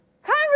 Congress